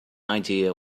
idea